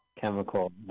Chemical